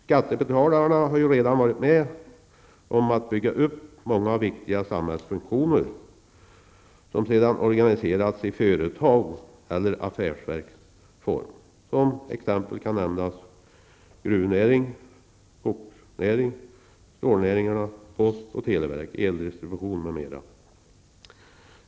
Skattebetalarna har ju redan varit med om att bygga upp många viktiga samhällsfunktioner, som sedan organiserats i företags eller affärsverksform. Som exempel kan nämnas gruv-, skogs och stålnäringarna, post och televerk samt eldistribution.